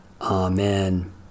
Amen